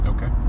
Okay